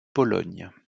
pologne